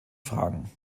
fragen